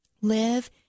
Live